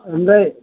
ओमफाय